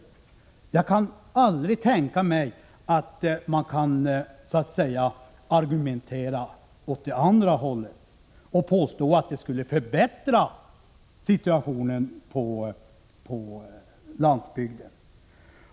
Jag kan aldrig tänka mig att det går att så att säga argumentera åt det andra hållet och påstå att det skulle förbättra situationen på landsbygden.